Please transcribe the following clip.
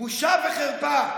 בושה וחרפה.